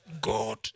God